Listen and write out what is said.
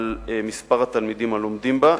על מספר התלמידים הלומדים בה.